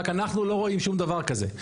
רק אנחנו לא רואים שום דבר כזה.